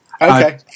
okay